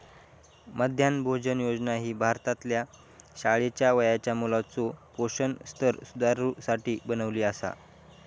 मध्यान्ह भोजन योजना ही देशभरातल्या शाळेच्या वयाच्या मुलाचो पोषण स्तर सुधारुसाठी बनवली आसा